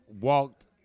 Walked